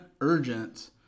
urgent